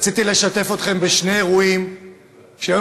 רציתי לשתף אתכם בשני אירועים שהיו